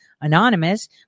anonymous